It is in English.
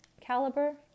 caliber